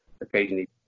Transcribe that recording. occasionally